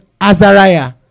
Azariah